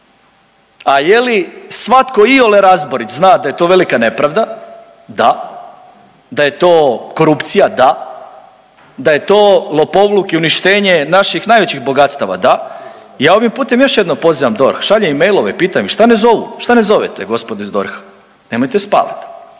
A je li svatko iole razborit zna da je to velika nepravda, da. Da je to korupcija? Da. Da je to lopovluk i uništenje naših najvećih bogatstava? Da. Ja ovim putem još jednom pozivam DORH šaljem im mailove, pitam ih šta ne zovu, šta ne zovete gospodo iz DORH-a. Nemojte spavati.